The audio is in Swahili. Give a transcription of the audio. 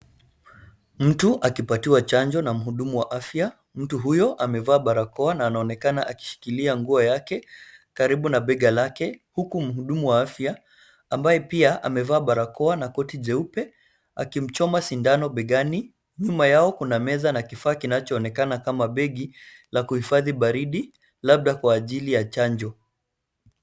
Mtu akipatiwa chanjo na mhudumu wa afya. Mtu huyo amevaa barakoa na anaonekana akishikilia nguo yake karibu na bega lake. Huku mhudumu wa afya ambaye pia amevaa barakoa na koti jeupe akimchoma sindano begani. Nyuma yao kuna meza na kifaa kinachoonekana kama begi la kuhifadhi baridi labda kwa ajili ya chanjo.